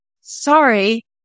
sorry